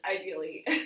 ideally